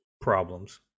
problems